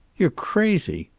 you're crazy.